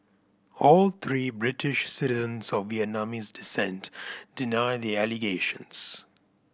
all three British citizens of Vietnamese descent deny the allegations